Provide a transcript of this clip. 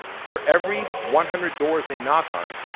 for every one hundred doors they knock-on,